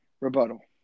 rebuttal